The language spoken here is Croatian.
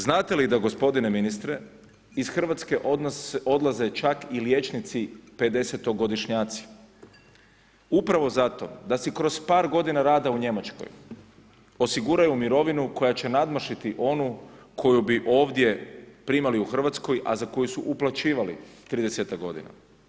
Znate da gospodine ministre, iz Hrvatske odlaze čak i liječnici 50-godišnjaci?upravo zato da si kroz par godina rada u Njemačkoj osiguraju mirovinu koja će nadmašiti onu koju bi ovdje primali u Hrvatskoj a za koju su uplaćivali 30-ak godina.